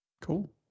cool